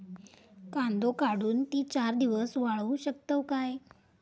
कांदो काढुन ती चार दिवस वाळऊ शकतव काय?